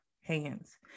hands